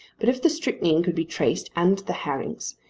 but if the strychnine could be traced and the herrings,